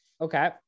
Okay